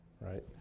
right